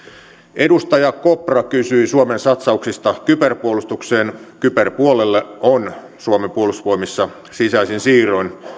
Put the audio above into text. edustaja kopra kysyi suomen satsauksista kyberpuolustukseen kyberpuolelle on suomen puolustusvoimissa sisäisin siirroin